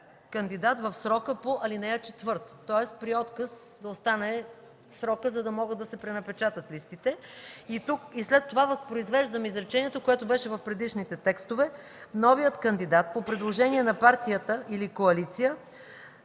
кандидат в срока по ал. 4”, тоест при отказ да остане срокът, за да може да се пренапечатат листите. След това възпроизвеждам изречението, което беше в предишните текстове: „Новият кандидат по предложение на партията или коалицията